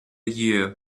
year